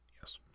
Yes